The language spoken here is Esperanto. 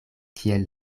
kiel